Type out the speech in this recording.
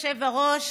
אדוני היושב-ראש,